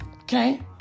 okay